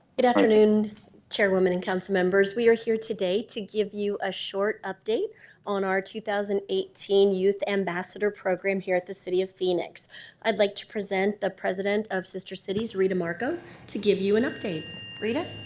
good afternoon chairwoman accounts members. we are here today to give you a short update on our two thousand and eighteen youth ambassador program here at the city of phoenix i'd like to present the president of sister cities rita marco to give you an update rita